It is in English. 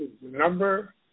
number